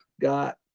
got